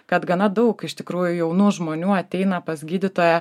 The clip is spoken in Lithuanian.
kad gana daug iš tikrųjų jaunų žmonių ateina pas gydytoją